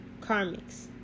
karmics